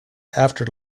after